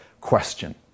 question